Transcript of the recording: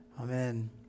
Amen